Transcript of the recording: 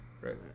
Right